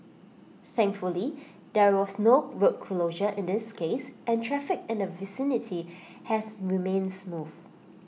thankfully there was no road closure in this case and traffic in the vicinity has remained smooth